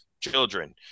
children